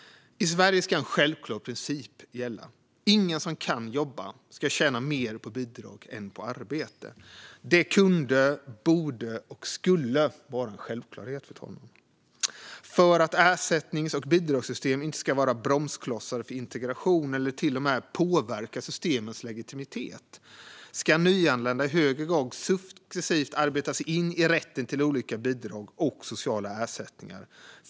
I Sverige ska en självklar princip gälla: Ingen som kan jobba ska tjäna mer på att få bidrag än på att arbeta. Det kunde, borde och skulle vara en självklarhet, fru talman. För att ersättnings och bidragssystemen inte ska vara bromsklossar för integration eller till och med påverka systemens legitimitet ska nyanlända i högre grad successivt arbeta sig till rätten till olika bidrag och sociala ersättningar.